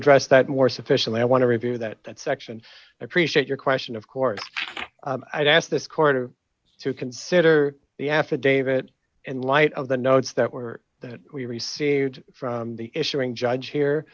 address that more sufficiently i want to review that section appreciate your question of course i'd ask this quarter to consider the affidavit in light of the notes that were that we received from the issuing judge here